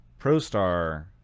ProStar